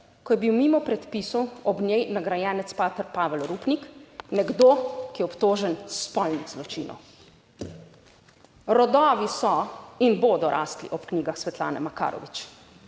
ko je bil mimo predpisov ob njej nagrajenec pater Pavel Rupnik, nekdo, ki je obtožen spolnih zločinov. Rodovi so in bodo rasli ob knjigah Svetlane Makarovič,